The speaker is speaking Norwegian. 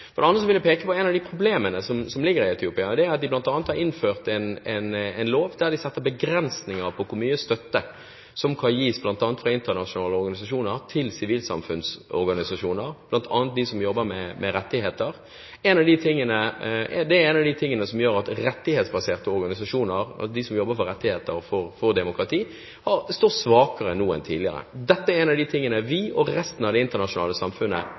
For det andre vil jeg peke på ett av de problemene som ligger i Etiopia. De har bl.a. innført en lov der de setter begrensninger for hvor mye støtte som kan gis bl.a. fra internasjonale organisasjoner til sivilsamfunnsorganisasjoner, bl.a. til dem som jobber med rettigheter. Det er en av de tingene som gjør at rettighetsbaserte organisasjoner og de som jobber for rettigheter og demokrati, står svakere nå enn tidligere. Dette er noe av det vi og resten av det internasjonale samfunnet